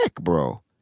bro